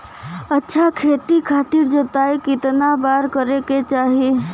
अच्छा खेती खातिर जोताई कितना बार करे के चाही?